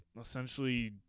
essentially